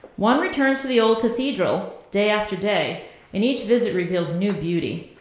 one returns to the old cathedral day after day and each visit reveals new beauty.